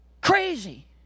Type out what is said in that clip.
Crazy